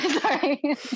Sorry